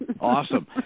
Awesome